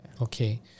Okay